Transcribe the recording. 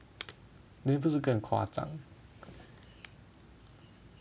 then 不是更夸张